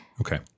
Okay